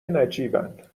نجیبن